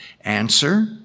Answer